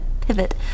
pivot